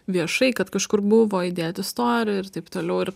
viešai kad kažkur buvo įdėti į storį ir taip toliau ir